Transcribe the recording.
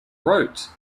wrote